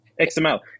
XML